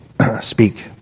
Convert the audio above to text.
speak